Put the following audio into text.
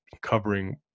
covering